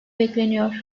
bekleniyor